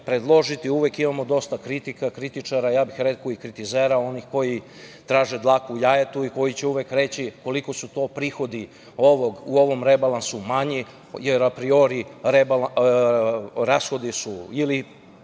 predložiti uvek imamo dosta kritika, kritičara, ja bih rekao i kritizera onih koji traže dlaku u jajetu i koji će uvek reći koliki su to prihodi u ovom rebalansu manji, jer apriori rashodi su ili